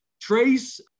Trace